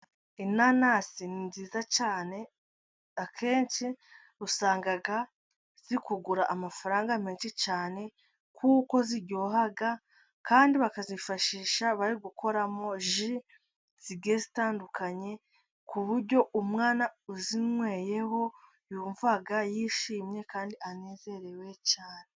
Inanasi ni nziza cyane, akenshi usanga ziri kugura amafaranga menshi cyane, kuko ziryohaga kandi bakazifashisha bari gukoramo ji zitandukanye. Ku buryo umwana uzinyweyeho yumvayishimye kandi anezerewe cyane.